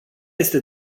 este